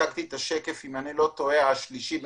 זה היה השקף השלישי במספר.